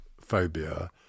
phobia